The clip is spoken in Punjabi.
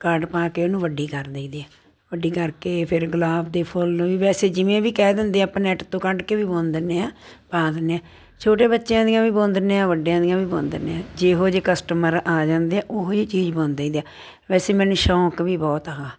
ਕਾਟ ਪਾ ਕੇ ਉਹਨੂੰ ਵੱਡੀ ਕਰ ਦੇਈ ਦੇ ਆ ਵੱਡੀ ਕਰਕੇ ਫਿਰ ਗੁਲਾਬ ਦੇ ਫੁੱਲ ਵੀ ਵੈਸੇ ਜਿਵੇਂ ਵੀ ਕਹਿ ਦਿੰਦੇ ਆ ਆਪਾਂ ਨੈੱਟ ਤੋਂ ਕੱਢ ਕੇ ਵੀ ਬੁਣ ਦਿੰਦੇ ਹਾਂ ਪਾ ਦਿੰਦੇ ਹਾਂ ਛੋਟੇ ਬੱਚਿਆਂ ਦੀਆਂ ਵੀ ਬੁਣ ਦਿੰਦੇ ਹਾਂ ਵੱਡਿਆਂ ਦੀਆਂ ਵੀ ਬੁਣ ਦਿੰਦੇ ਹਾਂ ਜਿਹੋ ਜਿਹੇ ਕਸਟਮਰ ਆ ਜਾਂਦੇ ਆ ਉਹੀ ਚੀਜ਼ ਬੁਣ ਦਈਦੀ ਆ ਵੈਸੇ ਮੈਨੂੰ ਸ਼ੌਂਕ ਵੀ ਬਹੁਤ ਆ